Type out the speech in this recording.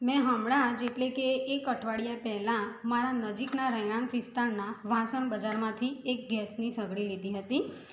મેં હમણાં જ અટલે કે એક અઠવાડિયાં પહેલાં મારા નજીકના રહેણાંક વિસ્તારનાં વાસણ બજારમાંથી એક ગેસની સગડી લીધી હતી